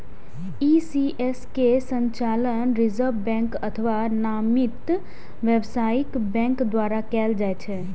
ECS के संचालन reserve bank अथवा नामित व्यावसायिक बैंक द्वारा कैल जाइ छै